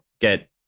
get